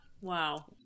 wow